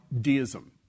deism